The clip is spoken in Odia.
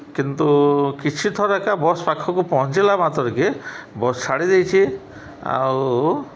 କିନ୍ତୁ କିଛି ଥର ଏକା ବସ୍ ପାଖକୁ ପହଞ୍ଚିଲା ମାତ୍ରକେ ବସ୍ ଛାଡ଼ି ଦେଇଛି ଆଉ